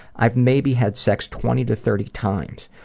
i've maybe had sex twenty to thirty times.